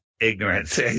ignorance